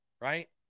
right